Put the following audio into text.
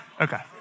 okay